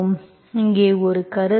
எனவே இங்கே ஒரு கருத்து